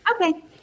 Okay